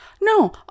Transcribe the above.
No